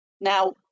now